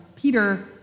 Peter